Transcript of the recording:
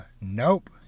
nope